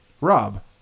Rob